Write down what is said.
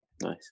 Nice